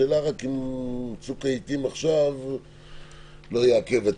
השאלה רק אם צוק העתים עכשיו לא יעכב את